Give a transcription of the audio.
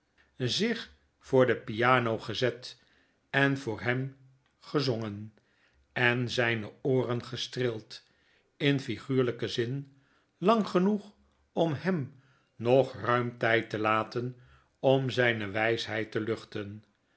zich voor de piano gezet en voor hem gezongen en zyne ooren gestreeld in figuurlijken zin lang genoeg om hem nog ruim tyd te laten om zyne wysheid te luchien